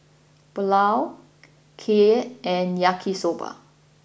Pulao Kheer and Yaki Soba